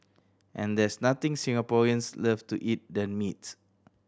and there's nothing Singaporeans love to eat than meats